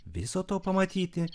viso to pamatyti